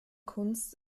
kunst